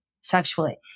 sexually